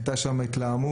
הייתה שם התלהמות.